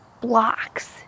blocks